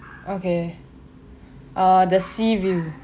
okay uh the sea view